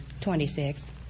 Twenty-six